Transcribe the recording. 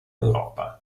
europa